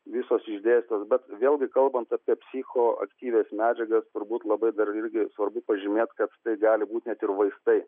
visos išdėstytos bet vėlgi kalbant apie psichoaktyvias medžiagas turbūt labai dar irgi svarbu pažymėt kad tai gali būt net ir vaistai